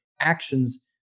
actions